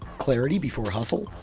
clarity before hustle?